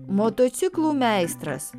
motociklų meistras